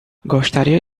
gostaria